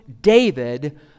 David